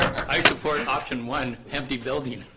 i support option one empty building